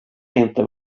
inte